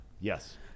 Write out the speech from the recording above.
Yes